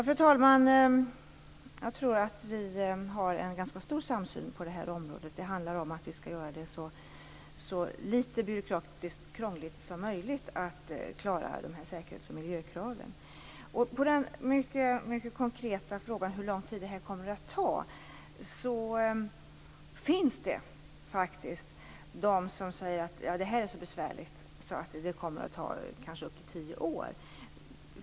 Fru talman! Jag tror att vi har en ganska stor samsyn på det här området. Det handlar om att vi skall göra det så litet byråkratiskt krångligt som möjligt att klara säkerhets och miljökraven. Den mycket konkreta frågan var hur lång tid det här kommer att ta. Det finns de som säger att det är så besvärligt att det kommer att ta upp till tio år.